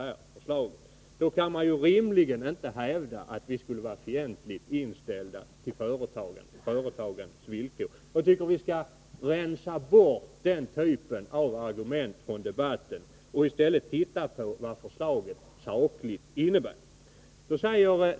Med detta som bakgrund kan man inte rimligen hävda att vi skulle vara fientligt inställda till företagandet och dess villkor. Jag tycker att vi skall rensa bort den typen av argument från debatten och i stället se på vad förslaget sakligt innebär.